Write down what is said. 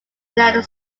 united